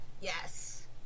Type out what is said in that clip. Yes